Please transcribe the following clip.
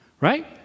right